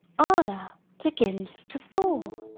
anna begins to thaw,